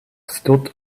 stood